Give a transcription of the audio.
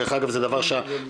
דרך אגב,